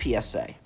PSA